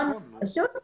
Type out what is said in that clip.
זה פשוט מאוד.